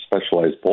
specialized